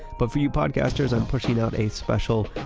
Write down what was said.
but for you podcasters, i'm pushing out a special,